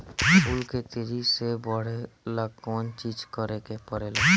फूल के तेजी से बढ़े ला कौन चिज करे के परेला?